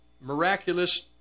miraculous